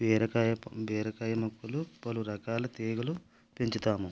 బీరకాయ బీరకాయ మొక్కలు పలు రకాల తీగలు పెంచుతాము